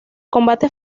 combate